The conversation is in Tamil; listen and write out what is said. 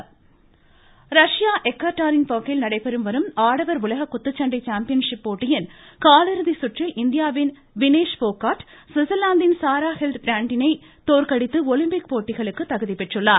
குத்துச்சண்டை ரஷ்யா எக்கார்டரின் பர்க்கில் நடைபெற்று வரும் ஆடவர் உலக குத்துச்சண்டை சாம்பியன்ஷிப் போட்டியின் காலிறுதிச் சுற்றில் இந்தியாவின் வினேஷ் போகார்ட் ஸ்விட்சர்லாந்தின் சாராஹில்டு பிராண்டினை தோற்கடித்து ஒலிம்பிக் போட்டிகளுக்கு தகுதி பெற்றுள்ளார்